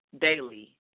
daily